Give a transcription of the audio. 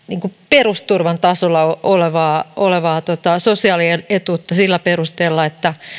perusturvan tasolla olevaa olevaa sosiaalietuutta sillä perusteella että